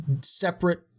separate